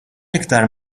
iktar